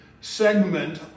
segment